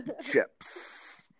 chips